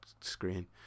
screen